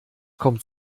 kommt